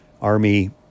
army